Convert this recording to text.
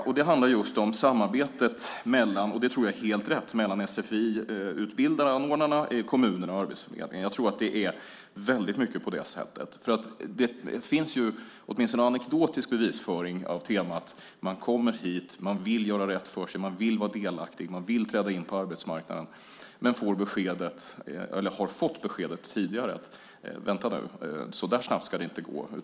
Jag tror att han har helt rätt att det handlar om samarbetet mellan sfi-anordnarna, kommunerna och Arbetsförmedlingen. Jag tror att det väldigt mycket är på det sättet. Det finns åtminstone en anekdotisk bevisföring på temat att man kommer hit, vill göra rätt för sig, vara delaktig och träda in på arbetsmarknaden men har fått beskedet: Vänta nu! Så snabbt ska det inte gå!